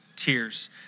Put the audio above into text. Tears